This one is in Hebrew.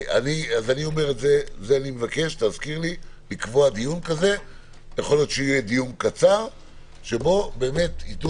יכול להיות שיהיה דיון קצר שבו ייתנו